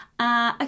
Okay